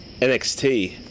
NXT